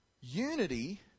Unity